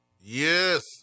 yes